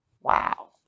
Wow